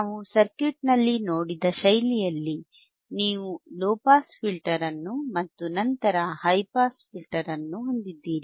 ನಾವು ಸರ್ಕ್ಯೂಟ್ನಲ್ಲಿ ನೋಡಿದ ಶೈಲಿಯಲ್ಲಿ ನೀವು ಲೊ ಪಾಸ್ ಫಿಲ್ಟರ್ ಅನ್ನು ಮತ್ತು ನಂತರ ಹೈ ಪಾಸ್ ಫಿಲ್ಟರ್ ಅನ್ನುಹೊಂದಿದ್ದೀರಿ